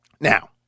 Now